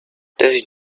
those